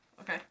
Okay